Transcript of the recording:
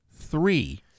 three